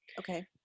okay